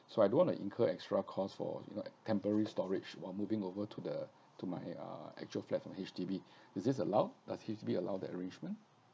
so I don't want to incur extra cost for you know temporary storage while moving over to the to my uh actual flat from H_D_B is this allowed does H_D_B allow that arrangement